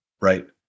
right